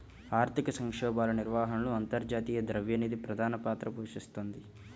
ఆర్థిక సంక్షోభాల నిర్వహణలో అంతర్జాతీయ ద్రవ్య నిధి ప్రధాన పాత్ర పోషిస్తోంది